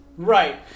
Right